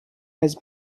has